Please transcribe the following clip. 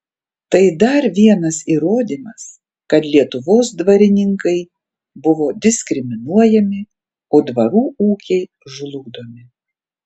tai dar vienas įrodymas kad lietuvos dvarininkai buvo diskriminuojami o dvarų ūkiai žlugdomi